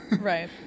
Right